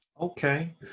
Okay